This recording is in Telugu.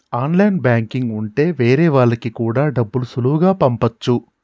ఆన్లైన్ బ్యాంకింగ్ ఉంటె వేరే వాళ్ళకి కూడా డబ్బులు సులువుగా పంపచ్చు